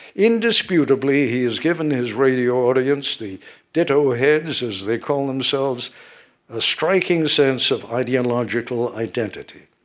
indisputably, he has given his radio audience the dittoheads, as they call themselves a striking sense of ideological identity.